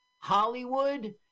Hollywood